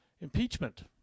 impeachment